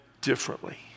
differently